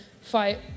fight